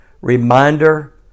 reminder